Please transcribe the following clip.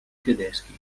tedeschi